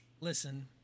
Listen